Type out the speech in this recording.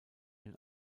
den